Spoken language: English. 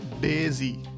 Daisy